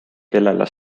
kellele